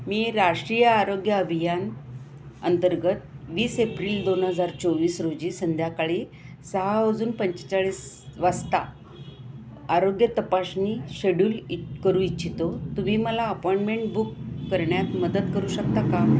मी राष्ट्रीय आरोग्य अभियान अंतर्गत वीस एप्रिल दोन हजार चोवीस रोजी संध्याकाळी सहा वाजून पंचेचाळीस वाजता आरोग्य तपसणी शेड्यूल इत करू इच्छितो तुम्ही मला अपॉइंटमेंट बुक करण्यात मदत करू शकता का